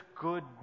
good